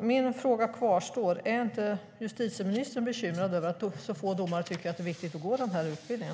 Min fråga kvarstår: Är inte justitieministern bekymrad över att så få domare tycker att det är viktigt att gå den här utbildningen?